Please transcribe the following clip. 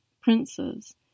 princes